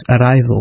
arrival